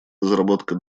разработка